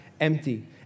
empty